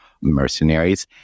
mercenaries